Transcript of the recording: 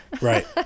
right